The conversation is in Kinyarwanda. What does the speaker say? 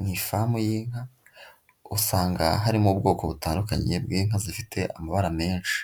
Mu ifamu y'inka usanga harimo ubwoko butandukanye bw'inka zifite amabara menshi.